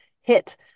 hit